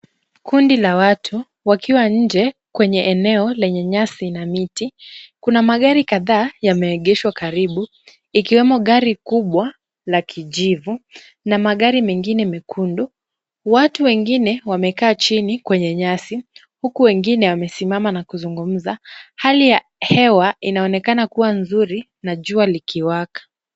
Kundi la watu wakiwa nje kwenye eneo lenye nyasi na miti. Kuna magari kadhaa yameegeshwa karibu ikiwemo gari kubwa la kijivu na magari mengine mekundu. Watu wengine wamekaa chini kwenye nyasi huku wengine wamesimama na kuzungumza. Hali ya hewa inaonekana kuwa nzuri na jua likiwaka.